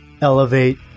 elevate